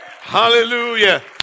Hallelujah